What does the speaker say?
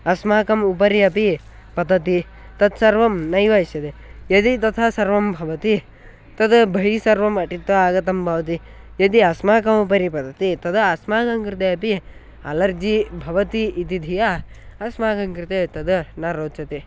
अस्माकम् उपरि अपि पतति तत्सर्वं नैव इष्यते यदि तथा सर्वं भवति तद् बहिः सर्वम् अटित्वा आगतं भवति यदि अस्माकमुपरि पतति तदा अस्माकं कृते अपि अलर्जि भवति इति धिया अस्माकं कृते तद् न रोचते